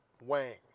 Wang